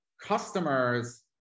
customers